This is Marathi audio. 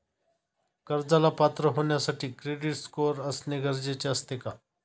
कर्जाला पात्र होण्यासाठी क्रेडिट स्कोअर असणे गरजेचे असते का?